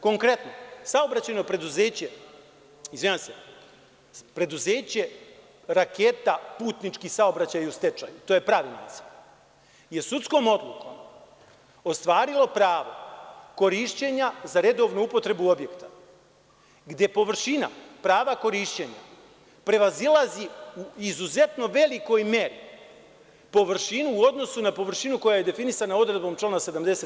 Konkretno, preduzeće „Raketa“ putnički saobraćaj u stečaju, to je pravi naziv, je sudskom odlukom ostvarilo pravo korišćenja za redovnu upotrebu objekta, gde površina prava korišćenja prevazilazi u izuzetno velikoj meri površinu u odnosu na površinu koja je definisana odredbom člana 70.